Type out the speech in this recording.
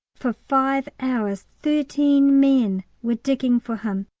for five hours thirteen men were digging for him,